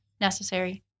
necessary